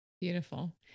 Beautiful